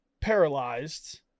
paralyzed